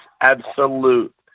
absolute